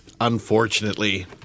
unfortunately